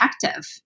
protective